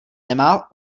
nemá